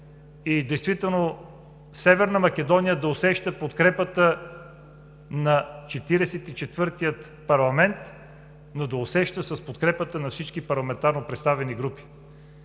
и действително Северна Македония да усеща подкрепата на Четиридесет и четвъртия парламент, но да усеща подкрепата и на всички парламентарно представени групи.